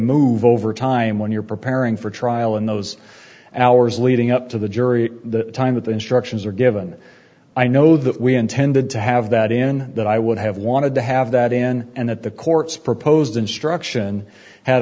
move over time when you're preparing for trial in those hours leading up to the jury at the time of the instructions are given i know that we intended to have that in that i would have wanted to have that in and at the court's proposed instruction had